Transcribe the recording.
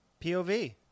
POV